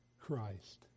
Christ